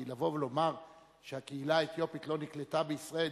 כי לבוא ולומר שהקהילה האתיופית לא נקלטה בישראל,